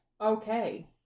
Okay